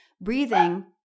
breathing